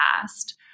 past